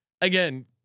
again